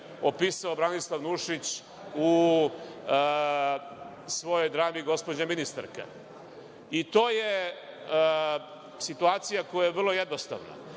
opisao Branislav Nušić u svojoj drami „Gospođa ministarka“. I to je situacija koja je vrlo jednostavna.